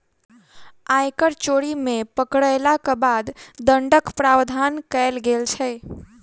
आयकर चोरी मे पकड़यलाक बाद दण्डक प्रावधान कयल गेल छै